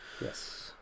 yes